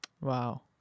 Wow